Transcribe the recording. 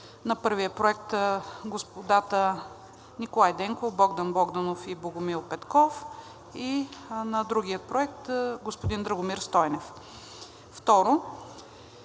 на първия проект са господата Николай Денков, Богдан Богданов и Богомил Петков и на другия проект – господин Драгомир Стойнев. 2.